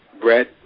Brett